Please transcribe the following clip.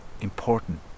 important